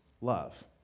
love